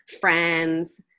friends